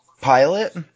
Pilot